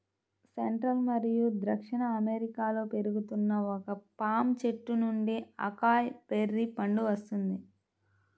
central మరియు దక్షిణ అమెరికాలో పెరుగుతున్న ఒక పామ్ చెట్టు నుండి అకాయ్ బెర్రీ పండు వస్తుంది